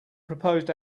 proposed